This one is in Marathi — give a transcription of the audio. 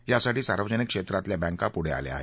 यासाठी सार्वजनिक क्षेत्रातल्या बँका पुढे आल्या आहेत